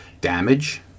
damage